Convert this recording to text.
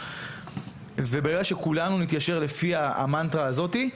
וברגע שכולנו נתיישר לפי המנטרה הזאת,